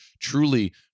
truly